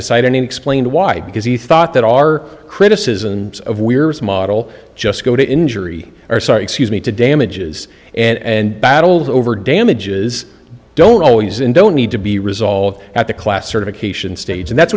decide any explain why because he thought that our criticisms of we're is model just go to injury or sorry excuse me to damages and battles over damages don't always and don't need to be resolved at the class certification stage and that's